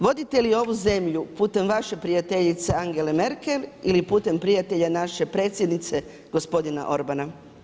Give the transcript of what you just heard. Volite li ovu zemlju putem vaše prijateljice Angele Merkel ili putem prijatelja naše Predsjednice, gospodina Orbana?